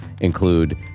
include